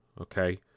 okay